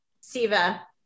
Siva